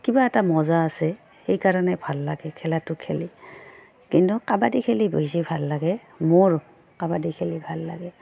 কিবা এটা মজা আছে সেইকাৰণে ভাল লাগে খেলাটো খেলি কিন্তু কাবাডী খেলি বেছি ভাল লাগে মোৰ কাবাডী খেলি ভাল লাগে